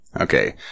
Okay